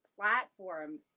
platform